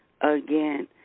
again